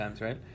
right